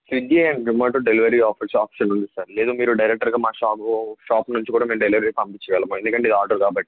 Swiggy and Zomato delivery offer option ఉంది sir లేదు మీరు డైరెక్టర్గా మా షాపు షాపు నుంచి కూడా మేము డెలివరీ పంపించగలం ఎందుకంటే ఇది ఆర్డర్ కాబట్టి